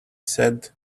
said